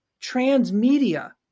transmedia